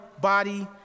body